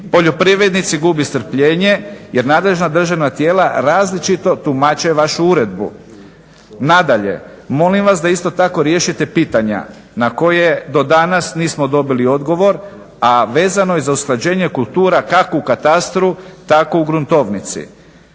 poljoprivrednici gube strpljenje jer nadležna državna tijela različito tumače vašu uredbu. Nadalje, molim vas da isto tako riješite pitanja na koje do danas nismo dobili odgovor, a vezano je za usklađenje kultura kako u katastru, tako u gruntovnici.